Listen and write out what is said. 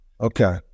Okay